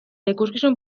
ikuskizun